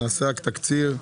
נעשה תקציר: